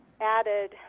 added